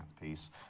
peace